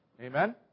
Amen